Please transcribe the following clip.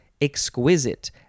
exquisite